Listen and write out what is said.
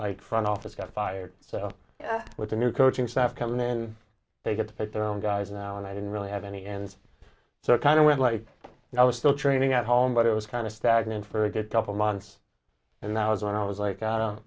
whole front office got fired so with the new coaching staff coming in they get to pick their own guys now and i didn't really have any and so it kind of went like i was still training at home but it was kind of stagnant for a good couple months and i was when i was like i don't